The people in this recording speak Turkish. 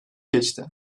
geçti